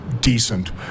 decent